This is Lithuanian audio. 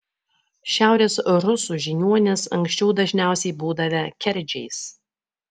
šiaurės rusų žiniuonys anksčiau dažniausiai būdavę kerdžiais